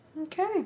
Okay